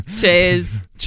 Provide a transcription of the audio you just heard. Cheers